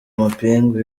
amapingu